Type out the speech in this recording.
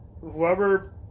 whoever